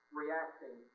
reacting